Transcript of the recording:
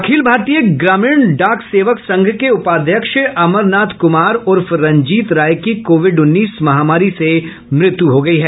अखिल भारतीय ग्रामीण डाक सेवक संघ के उपाध्यक्ष अमरनाथ कुमार उर्फ रंजीत राय की कोविड उन्नीस महामारी से मृत्यु हो गयी है